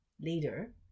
leader